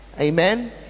amen